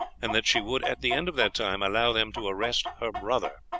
and that she would at the end of that time allow them to arrest her brother.